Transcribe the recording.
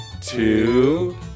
two